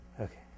Okay